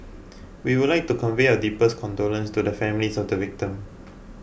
we would like to convey our deepest condolence to the families of the victim